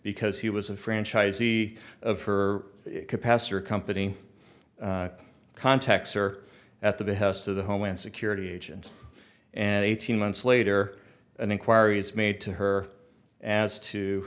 because he was a franchisee of her capacitor company contacts are at the behest of the homeland security agent and eighteen months later an inquiry is made to her as